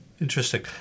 Interesting